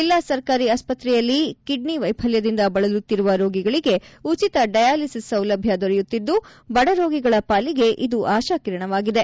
ಜಿಲ್ಲಾ ಸರ್ಕಾರಿ ಆಸ್ಪತ್ರೆಯಲ್ಲಿ ಕಿಡ್ನಿ ವೈಫಲ್ಯದಿಂದ ಬಳಲುತ್ತಿರುವ ರೋಗಿಗಳಿಗೆ ಉಚಿತ ಡಯಾಲಿಸಿಸ್ ಸೌಲಭ್ಯ ದೊರಕುತ್ತಿದ್ದು ಬಡರೋಗಿಗಳ ಪಾಲಿಗೆ ಇದು ಆಶಾಕಿರಣವಾಗಿದೆ